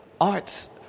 Arts